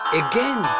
again